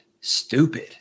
stupid